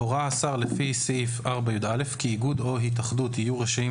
הורה השר לפי סעיף 4יא כי איגוד או התאחדות יהיו רשאים